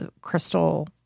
crystal